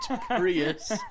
Prius